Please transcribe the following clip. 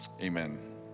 amen